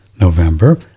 November